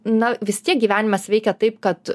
na vis tiek gyvenimas veikia taip kad